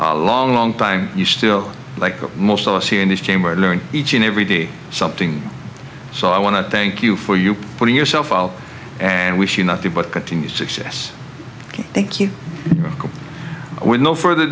a long long time you still like most of us here in this chamber learn each and every day something so i want to thank you for you putting yourself out and we see nothing but continued success thank you with no further